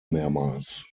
mehrmals